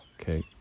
Okay